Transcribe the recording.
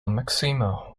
maxima